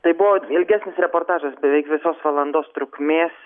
tai buvo ilgesnis reportažas beveik visos valandos trukmės